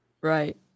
Right